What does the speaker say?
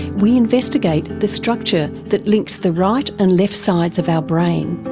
we investigate the structure that links the right and left sides of our brain,